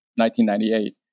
1998